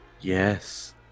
Yes